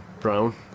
Brown